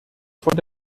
von